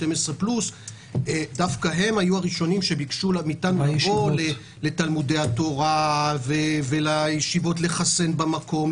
הם היו האשונים שביקשו שנבוא לתלמודי התורה לחסן במקום,